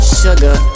sugar